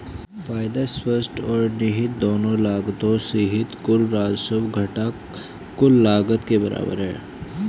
फायदा स्पष्ट और निहित दोनों लागतों सहित कुल राजस्व घटा कुल लागत के बराबर है